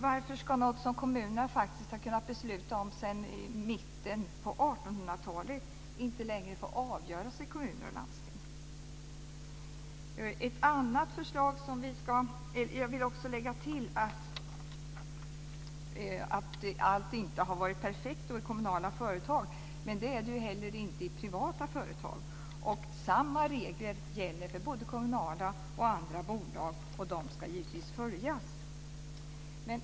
Varför ska något som kommunerna faktiskt har kunnat fatta beslut om sedan mitten av 1800-talet inte längre få avgöras i kommuner och landsting? Jag vill också tillägga att allt inte har varit perfekt i kommunala företag. Men det är det ju inte heller i privata företag. Och samma regler gäller för både kommunala och andra bolag, och de ska givetvis följas.